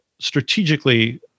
strategically